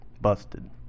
Busted